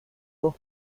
dos